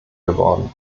geworden